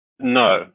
No